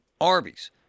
Arby's